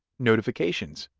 notifications,